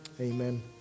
Amen